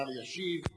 השר ישיב,